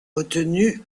retenue